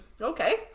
okay